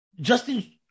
Justin